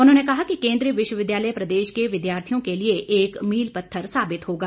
उन्होंने कहा कि केन्द्रीय विश्वविद्यालय प्रदेश के विद्यार्थियों के लिए एक मील पत्थर साबित होगा